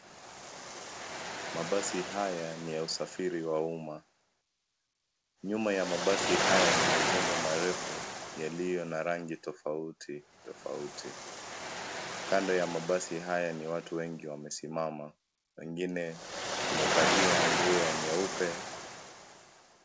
Mabasi haya ni ya usafiri wa umma. Nyuma ya mabasi haya ni majengo marefu yaliyo na rangi tofauti tofauti. Kando ya mabasi haya ni watu wengi wamesimama , wengine wamevalia nguo ya nyeupe.